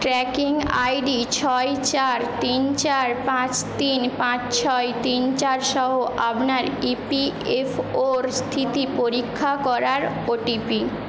tracking ID ছয় চার তিন চার পাঁচ তিন পাঁচ ছয় তিন চার সহ আপনার ই পি এফ ওর স্থিতি পরীক্ষা করার ওটিপি